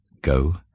Go